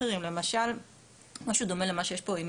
דברים מסוימים שנעשה במשותף עם עוד ועדות.